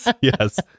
Yes